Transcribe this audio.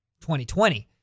2020